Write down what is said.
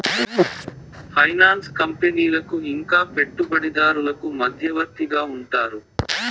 finance కంపెనీలకు ఇంకా పెట్టుబడిదారులకు మధ్యవర్తిగా ఉంటారు